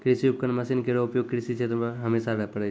कृषि उपकरण मसीन केरो उपयोग कृषि क्षेत्र मे हमेशा परै छै